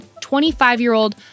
25-year-old